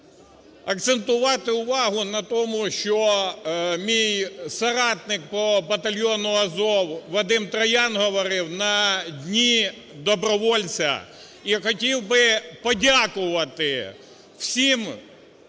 акцентувати увагу на тому, що мій соратник по батальйону "Азов" Вадим Троян говорив, на Дні добровольця. І хотів би подякувати всім